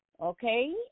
okay